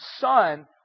son